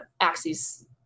axes